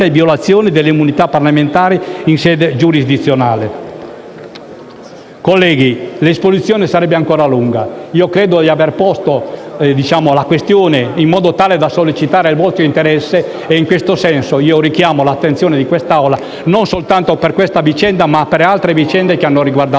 violazioni delle immunità parlamentari in sede giurisdizionale. Colleghi, l'esposizione sarebbe ancora lunga. Credo di aver posto la questione in modo tale da sollecitare il vostro interesse e in questo senso richiamo l'attenzione di quest'Assemblea non soltanto su questa vicenda, ma anche sulle altre vicende che hanno riguardato